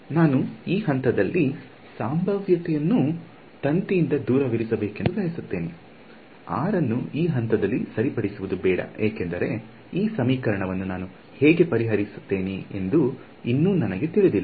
ನಾನು ಈ ಹಂತದಲ್ಲಿ ಸಂಭಾವ್ಯತೆಯನ್ನು ತಂತಿಯಿಂದ ದೂರವಿರಿಸಬೇಕೆಂದು ಬಯಸುತ್ತೇನೆ r ಅನ್ನು ಈ ಹಂತದಲ್ಲಿ ಸರಿಪಡಿಸುವುದು ಬೇಡ ಏಕೆಂದರೆ ಈ ಸಮೀಕರಣವನ್ನು ನಾನು ಹೇಗೆ ಪರಿಹರಿಸುತ್ತೇನೆ ಎಂದು ಇನ್ನು ನನಗೆ ತಿಳಿದಿಲ್ಲ